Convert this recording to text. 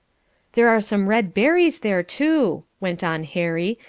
there are some red berries there, too, went on harry,